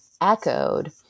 echoed